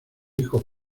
hijo